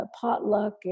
potluck